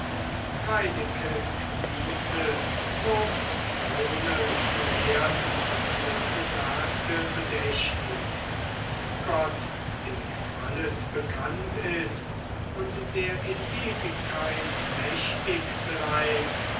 reineke kniete vorm throne zur erden und sagte bedächtig gott dem alles bekannt ist und der in ewigkeit mächtig bleibt